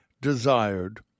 desired